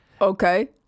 okay